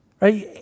right